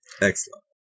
Excellent